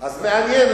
אז מעניין,